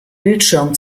bildschirm